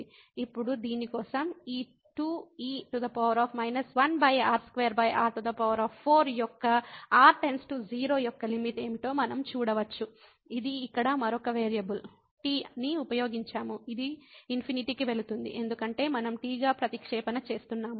ఇప్పుడు దీని కోసం ఈ 2e 1r2r4 యొక్క r → 0 యొక్క లిమిట్ ఏమిటో మనం చూడవచ్చు ఇది ఇక్కడ మరొక వేరియబుల్ t ని ఉపయోగించాము ఇది ∞ కి వెళుతుంది ఎందుకంటే మనం t గా ప్రతిక్షేపణ చేస్తున్నాము